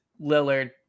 Lillard